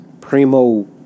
Primo